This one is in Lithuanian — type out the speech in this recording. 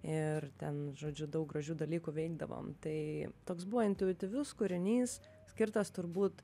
ir ten žodžiu daug gražių dalykų veikdavom tai toks buvo intuityvius kūrinys skirtas turbūt